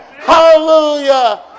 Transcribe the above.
Hallelujah